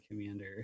Commander